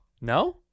No